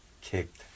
kicked